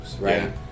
right